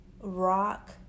rock